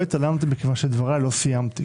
לא התעלמתי מכיוון שלא סיימתי את דבריי.